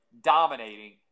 dominating